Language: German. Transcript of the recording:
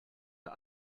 der